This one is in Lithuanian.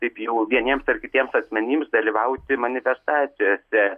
taip jau vieniems ar kitiems asmenims dalyvauti manifestacijose